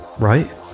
right